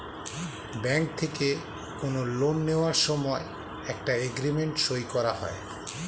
bank থেকে কোনো loan নেওয়ার সময় একটা এগ্রিমেন্ট সই করা হয়